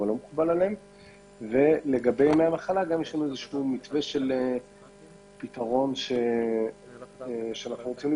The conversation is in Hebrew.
לגבי ימי המחלה יש מתווה של פתרון שנבדק,